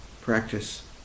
practice